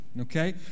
okay